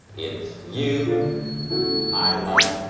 it's you i like.